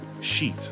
sheet